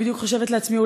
אני בדיוק חושבת לעצמי,